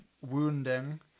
wounding